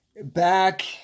back